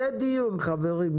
יהיה דיון, חברים.